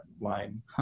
line